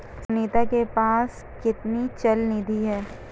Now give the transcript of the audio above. सुनीता के पास कितनी चल निधि है?